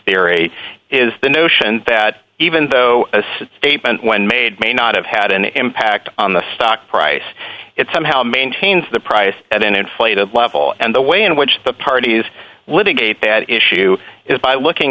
theory is the notion that even though a statement when made may not have had an impact on the stock price it somehow maintains the price at an inflated level and the way in which the parties litigate bad issue is by looking